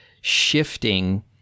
shifting